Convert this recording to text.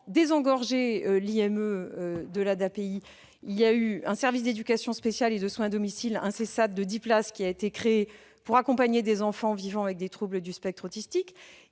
désengorger l'IME, qui est géré par l'ADAPEI, un service d'éducation spéciale et de soins à domicile de dix places a été créé pour accompagner des enfants vivant avec des troubles du spectre autistique.